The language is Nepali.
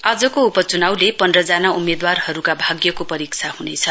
आजको उप चुनाउको पन्ध्र जना उम्मेद्वारहरूका भाग्यको परीक्षा हुनेछ